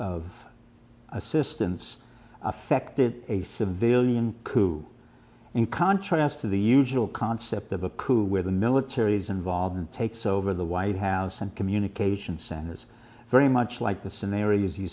of assistance affected a civilian who in contrast to the usual concept of a coup where the military's involvement takes over the white house and communications centers very much like the scenarios you